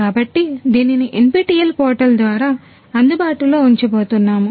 కాబట్టిదీనిని NPTEL ద్వారా అందుబాటులో ఉంచబోతున్నాము